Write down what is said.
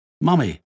Mummy